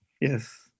Yes